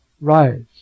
Rise